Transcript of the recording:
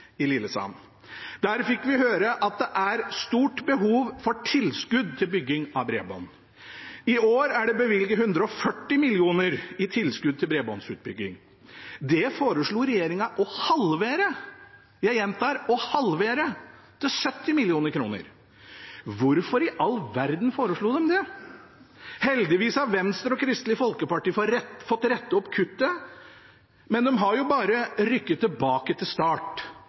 i Lillesand. Der fikk vi høre at det er stort behov for tilskudd til bygging av bredbånd. I år er det bevilget 140 mill. kr i tilskudd til bredbåndsutbygging. Det foreslo regjeringen å halvere – jeg gjentar: å halvere – til 70 mill. kr. Hvorfor i all verden foreslo de det? Heldigvis har Venstre og Kristelig Folkeparti fått rettet opp kuttet, men de har jo bare rykket tilbake til start.